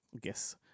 guess